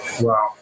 Wow